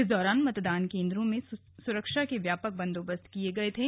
इस दौरान मतदान केंद्रों में सुरक्षा के व्यापक बंदोबस्त किये गए थे